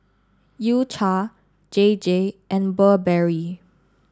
U Cha J J and Burberry